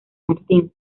martín